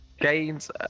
gains